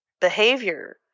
behavior